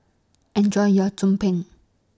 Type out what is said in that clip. Enjoy your Tumpeng